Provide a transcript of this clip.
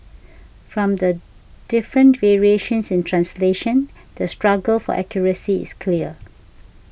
from the different variations in translation the struggle for accuracy is clear